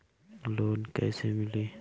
Loan कइसे मिली?